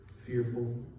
Fearful